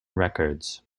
records